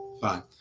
fine